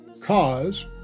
cause